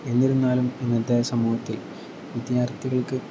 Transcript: എന്നിരുന്നാലും ഇന്നത്തെ സമൂഹത്തിൽ വിദ്യാർത്ഥികൾക്ക്